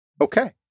Okay